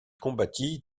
combattit